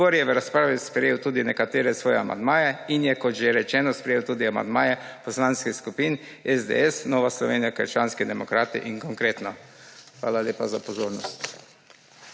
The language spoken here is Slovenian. Odbor je v razpravi sprejel tudi nekatere svoje amandmaje in je kot že rečeno sprejel tudi amandmaje poslanskih skupin SDS, Nova Slovenija – krščanski demokrati in Konkretno. Hvala lepa za pozornost.